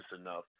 enough